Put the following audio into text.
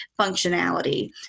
functionality